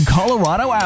Colorado